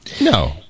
No